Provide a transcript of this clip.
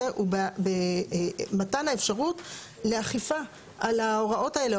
הוא במתן האפשרות לאכיפה על ההוראות האלה.